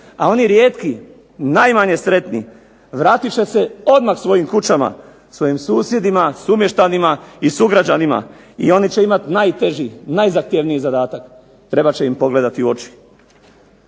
a oni rijetki najmanje sretni vratit će se odmah svojim kućama, svojim susjedima, svojim sumještanima i sugrađanima i oni će imati najteži i najzahtjevniji zadatak, trebat će im pogledati u oči.